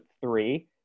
three